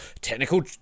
technical